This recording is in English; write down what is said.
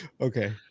Okay